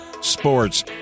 Sports